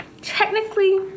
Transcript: technically